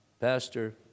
Pastor